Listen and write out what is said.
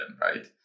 right